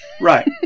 Right